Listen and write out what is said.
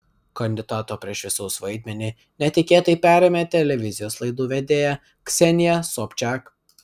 kandidato prieš visus vaidmenį netikėtai perėmė televizijos laidų vedėja ksenija sobčiak